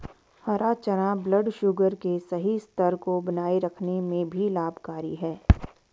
हरा चना ब्लडशुगर के सही स्तर को बनाए रखने में भी लाभकारी है